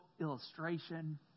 illustration